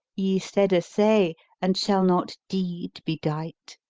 ye said a say and shall not deed be dight?